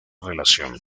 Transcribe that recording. relación